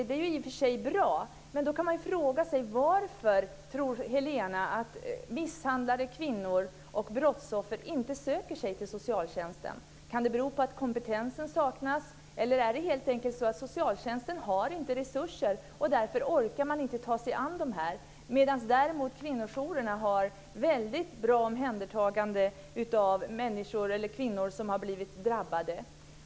Det är i och för sig bra, men då kan man fråga sig: Varför tror Helena att misshandlade kvinnor och brottsoffer inte söker sig till socialtjänsten? Kan det bero på att kompetensen saknas, eller är det helt enkelt så att socialtjänsten inte har resurser och därför inte orkar ta sig an de här kvinnorna? Däremot har kvinnojourerna ett väldigt bra omhändertagande av kvinnor som har blivit drabbade.